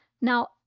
Now